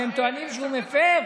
שהם טוענים שהוא מפר,